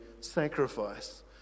sacrifice